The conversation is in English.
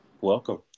Welcome